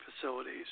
facilities